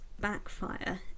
backfire